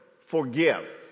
forgive